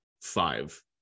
five